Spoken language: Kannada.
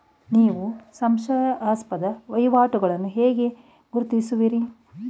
ನೀವು ಸಂಶಯಾಸ್ಪದ ವಹಿವಾಟುಗಳನ್ನು ಹೇಗೆ ಗುರುತಿಸುವಿರಿ?